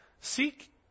seek